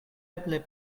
eble